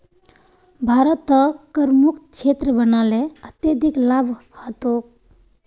भारतक करमुक्त क्षेत्र बना ल अत्यधिक लाभ ह तोक